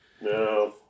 No